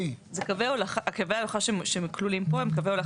קווי ההולכה שכלולים פה הם קווי הולכה